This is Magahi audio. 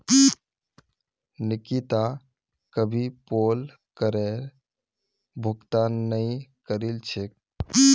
निकिता कभी पोल करेर भुगतान नइ करील छेक